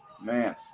man